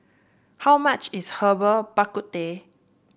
how much is Herbal Bak Ku Teh